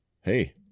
hey